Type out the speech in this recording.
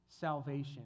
salvation